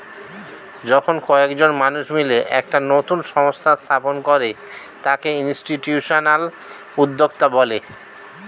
যখন কয়েকজন মানুষ মিলে একটা নতুন সংস্থা স্থাপন করে তাকে ইনস্টিটিউশনাল উদ্যোক্তা বলে